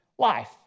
life